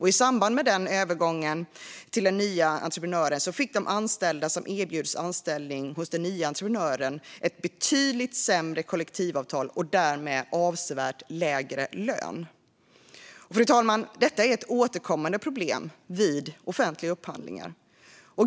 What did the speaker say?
I samband med övergången till den nya entreprenören fick de anställda som erbjöds anställning hos den nya entreprenören ett betydligt sämre kollektivavtal och därmed avsevärt lägre lön. Fru talman! Detta är ett återkommande problem vid offentliga upphandlingar.